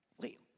Wait